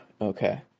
okay